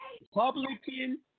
Republican